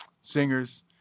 singers